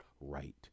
Right